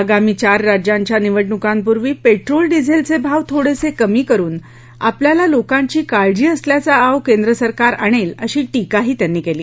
आगामी चार राज्यांच्या निवडणुकांपूर्वी पेट्रोल डिझेलचे भाव थोडेसे कमी करुन आपल्याला लोकांची काळजी असल्याचा आव केंद्र सरकार आणेल अशी टीकाही त्यांनी केली